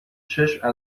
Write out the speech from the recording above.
چشم